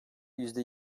yüzde